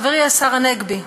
חברי השר הנגבי,